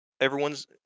everyone's